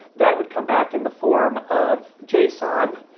that would come back in the form of json,